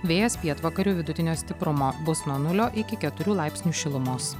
vėjas pietvakarių vidutinio stiprumo bus nuo nulio iki keturių laipsnių šilumos